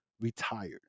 retired